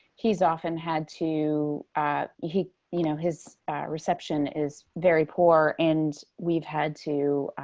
he's often had to he you know his reception is very poor. and we've had to